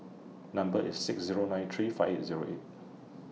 Number IS six Zero nine three five Zero eight